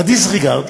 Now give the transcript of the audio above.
ב-disregard,